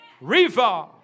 River